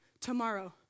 Tomorrow